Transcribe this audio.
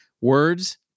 Words